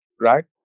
right